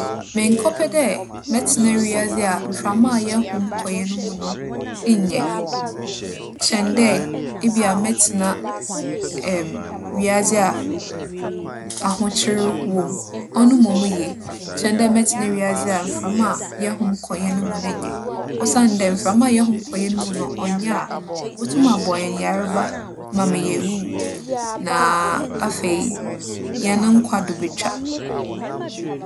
Mennkͻpɛ dɛ mɛtsena wiadze a mframa a yɛhom kͻ hɛn mu no nnyɛ kyɛn dɛ ebi a mɛtsena wiadze a ahokyer wͻ mu. ͻno mbom ye, kyɛn dɛ mɛtsena wiadze a mframa a yɛhom kͻ hɛn mu no nnyɛ. Osiandɛ, mframa yɛhom kͻ hɛn mu no, ͻnnyɛ a, obotum abͻ hɛn yarba ma - ma yewuwu, na afei, hɛn nkwa do botwa.